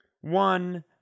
One